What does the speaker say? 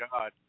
God